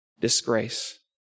disgrace